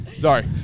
Sorry